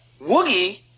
Woogie